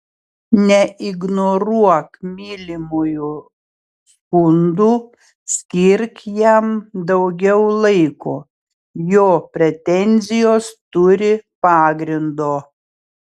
neignoruok mylimojo skundų skirk jam daugiau laiko jo pretenzijos turi pagrindo